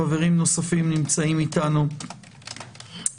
חברים נוספים נמצאים אתנו בזום,